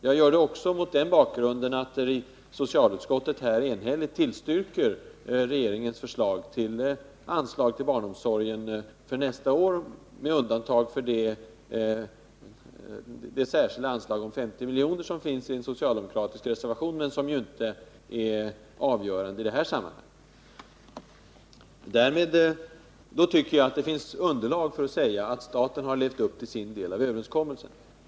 Jag säger det också mot bakgrunden av att socialutskottet enhälligt tillstyrker regeringens förslag till anslag till barnomsorgen för nästa år — med undantag för det särskilda anslag om 50 milj.kr. som tas upp i en .socialdemokratisk reservation men som ju inte är avgörande i detta sammanhang. Då tycker jag att det finns underlag för att säga att staten har levt upp till sin del av överenskommelsen.